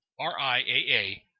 RIAA